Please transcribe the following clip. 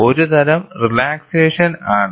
ഒരു തരം റിലാക്സേഷൻ ആണ്